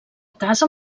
casa